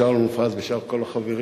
לשאול מופז ולשאר החברים